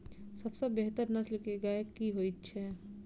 सबसँ बेहतर नस्ल केँ गाय केँ होइ छै?